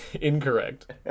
Incorrect